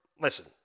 listen